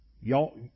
y'all